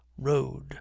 road